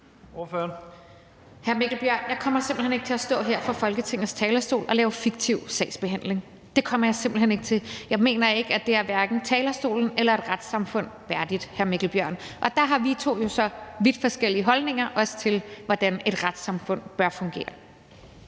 jeg kommer simpelt hen ikke til at stå her på Folketingets talerstol og lave fiktiv sagsbehandling. Det kommer jeg simpelt hen ikke til. Jeg mener ikke, at det er talerstolen eller et retssamfund værdigt, hr. Mikkel Bjørn. Der har vi to jo så vidt forskellige holdninger, også til hvordan et retssamfund bør fungere.